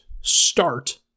start